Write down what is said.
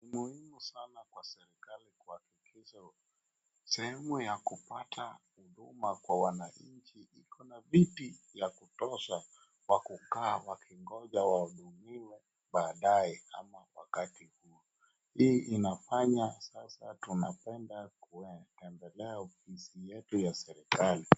Ni muhimu sana kwa serikali kuhakikisha sehemu ya kupata huduma kwa wananchi iko na viti vya kutosha vya kukaa wakingoja wahudumiwe baadae ama wakati, hii inafanya sasa tunapende kuendelelea ofisi yetu ya serikali.